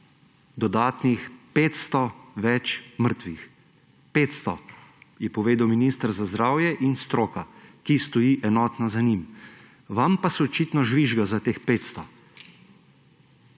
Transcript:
dodatnih 500 več mrtvih. 500 sta povedala minister za zdravje in stroka, ki stoji enotno za njim. Vam pa se očitno žvižga za teh 500.